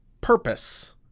purpose